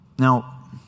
Now